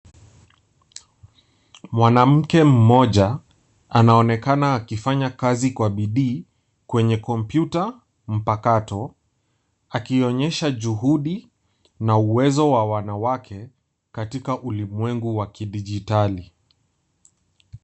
Mwanamke mmoja anaonekana akifanya kazi kwa bidii, kwenye kompyuta mpakato, akionyesha juhudi na uwezo wa wanawake katika ulimwengu wa kidijitali.